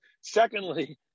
Secondly